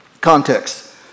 context